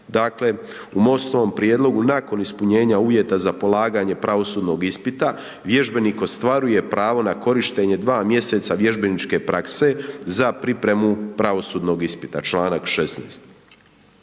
Dakle u MOST-ovom prijedlogu nakon ispunjenja uvjeta za polaganje pravosudnog ispita vježbenik ostvaruje pravo na korištenje 2 mj. vježbeničke prakse za pripremu pravosudnog ispita, članak 16.